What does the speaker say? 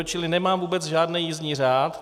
Čili nemám vůbec žádný jízdní řád.